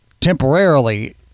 temporarily